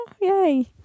yay